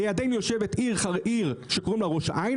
לידינו יושבת עיר שקוראים לה ראש העין,